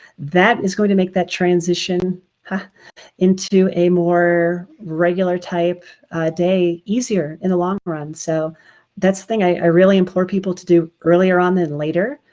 that is going to make that transition into a more regular type day easier in the long run. so that's the thing i really implore people to do earlier on than later.